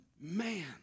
man